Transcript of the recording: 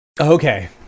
Okay